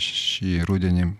šį rudenį